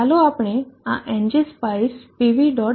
ચાલો આપણે આ ng spice pv